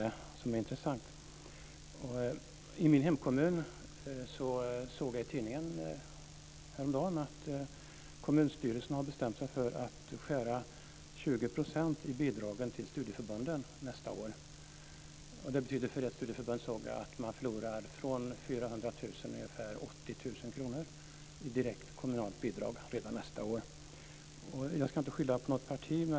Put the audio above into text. I min hemkommun såg jag i tidningen häromdagen att kommunstyrelsen har bestämt sig för att skära 20 % i bidragen till studieförbunden nästa år. Det betyder för ett studieförbund att det förlorar bidrag och går ned från ungefär 400 000 kr till 80 000 kr i direkt kommunalt bidrag redan nästa år. Jag ska inte skylla på något parti.